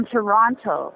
Toronto